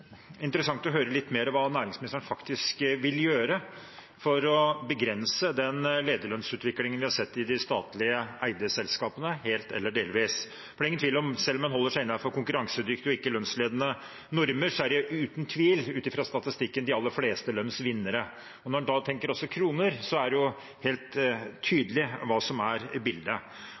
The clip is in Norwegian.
interessant å høre litt mer om hva næringsministeren faktisk vil gjøre for å begrense den lederlønnsutviklingen vi har sett i de statlig eide selskapene, helt eller delvis, for selv om en holder seg innenfor konkurransedyktige og ikke-lønnsledende normer, er det ut fra statistikken ingen tvil om at de aller fleste er lønnsvinnere. Og når en også tenker kroner, er det jo helt tydelig hva som er bildet.